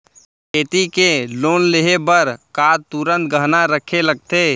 खेती के लोन लेहे बर का तुरंत गहना रखे लगथे?